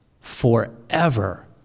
forever